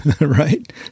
right